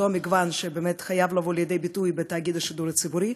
אותו מגוון שבאמת חייב לבוא לידי ביטוי בתאגיד השידור הציבורי,